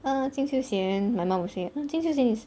uh 金秀贤 my mum will say uh 金秀贤 is